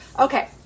Okay